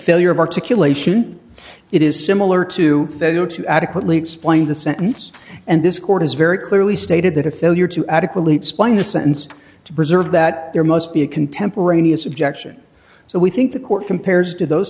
failure of articulation it is similar to failure to adequately explain the sentence and this court has very clearly stated that if the you're to adequately explain the sentence to preserve that there must be a contemporaneous objection so we think the court compares to those